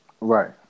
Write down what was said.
Right